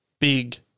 big